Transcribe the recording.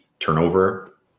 turnover